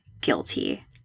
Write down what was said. guilty